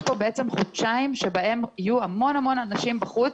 יש פה חודשיים שבהם יהיו המון המון אנשים בחוץ,